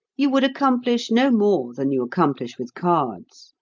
you would accomplish no more than you accomplish with cards,